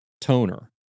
Toner